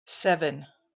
seven